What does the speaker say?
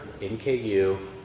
NKU